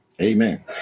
Amen